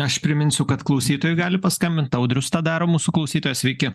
aš priminsiu kad klausytojai gali paskambint audrius tą daro mūsų klausytojas sveiki